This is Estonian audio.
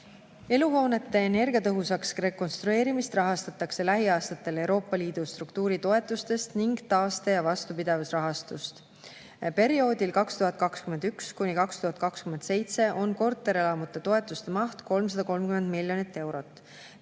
Eluhoonete energiatõhusaks rekonstrueerimist rahastatakse lähiaastatel Euroopa Liidu struktuuritoetusest ning taaste- ja vastupidavusrahastust. Perioodil 2021–2027 on korterelamute toetuste maht 330 miljonit eurot.